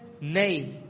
Nay